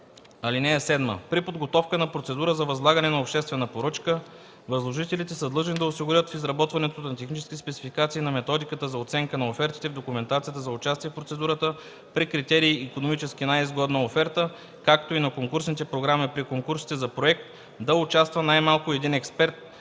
ал. 8: „(7) При подготовката на процедура за възлагане на обществена поръчка възложителите са длъжни да осигурят в изработването на техническите спецификации, на методиката за оценка на офертите в документацията за участие в процедурата при критерий икономически най-изгодна оферта, както и на конкурсните програми при конкурсите за проект, да участва най-малко един експерт,